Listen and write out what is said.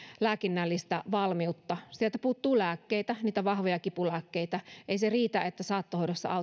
lääkinnällistä valmiutta sieltä puuttuu lääkkeitä niitä vahvoja kipulääkkeitä ei se riitä että saattohoidossa